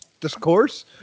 discourse